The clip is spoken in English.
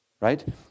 right